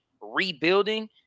rebuilding